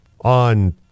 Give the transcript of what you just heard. on